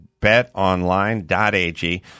betonline.ag